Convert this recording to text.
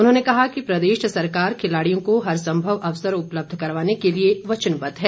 उन्होंने कहा कि प्रदेश सरकार खिलाड़ियों को हर संभव अवसर उपलब्ध करवाने के लिए वचनबद्ध है